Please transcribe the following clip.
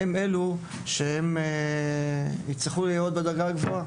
הם אלה שיצטרכו להיות בדרגה הגבוהה.